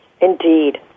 Indeed